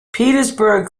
petersburg